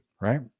right